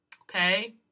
Okay